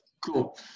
cool